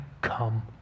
come